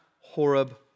Horeb